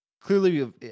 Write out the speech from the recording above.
Clearly